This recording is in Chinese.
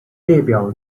列表